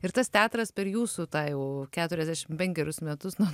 ir tas teatras per jūsų tą jau keturiasdešim penkerius metus nuo